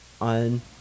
on